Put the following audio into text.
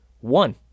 one